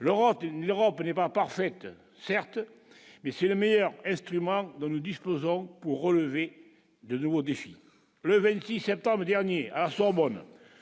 l'Europe il ne remplit pas parfaite, certes, mais c'est le meilleur instrument dont nous disposons pour relever de nouveaux défis,